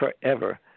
forever